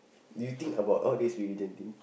do you think about all this religion thing